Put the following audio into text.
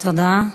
תודה.